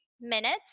minutes